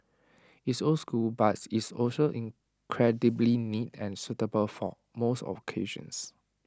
it's old school but it's also incredibly neat and suitable for most occasions